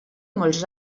molts